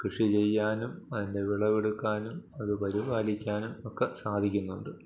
കൃഷി ചെയ്യാനും അതിൻ്റെ വിളവെടുക്കാനും അത് പരിപാലിക്കാനും ഒക്കെ സാധിക്കുന്നുണ്ട്